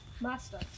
Master